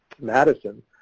Madison